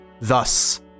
thus